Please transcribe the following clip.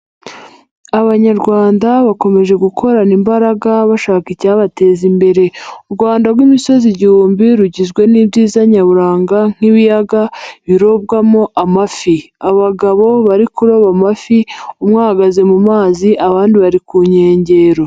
Abanyarwanda bakomeje gukorana imbaraga bashaka icyabateza imbere, u Rwanda rw'imisozi igihumbi rugizwe n'ibyiza nyaburanga nk'ibiyaga birobwamo amafi, abagabo bari kuroba amafi, umwe ahagaze mu mazi abandi bari ku nkengero.